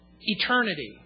eternity